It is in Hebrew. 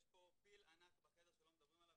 יש פה פיל ענק בחדר שלא מדברים עליו,